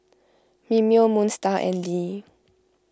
Mimeo Moon Star and Lee